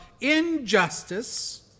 injustice